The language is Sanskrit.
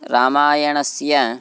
रामायणस्य